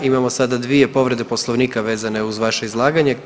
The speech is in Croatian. Imamo sada dvije povrede poslovnika vezane uz vaše izlaganje.